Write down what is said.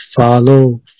Follow